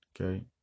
Okay